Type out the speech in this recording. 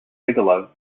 bigelow